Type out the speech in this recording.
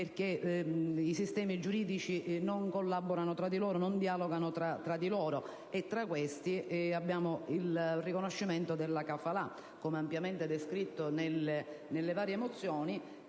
perché i sistemi giuridici non collaborano tra di loro, non dialogano tra di loro. Tra questi abbiamo il riconoscimento della *kafala*, come ampiamente descritto nelle varie mozioni,